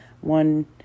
one